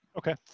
Okay